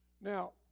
Now